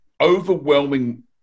overwhelming